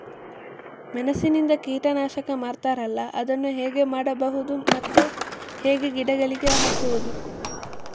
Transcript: ಮೆಣಸಿನಿಂದ ಕೀಟನಾಶಕ ಮಾಡ್ತಾರಲ್ಲ, ಅದನ್ನು ಹೇಗೆ ಮಾಡಬಹುದು ಮತ್ತೆ ಹೇಗೆ ಗಿಡಗಳಿಗೆ ಹಾಕುವುದು?